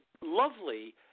lovely